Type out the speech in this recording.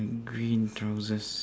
green trousers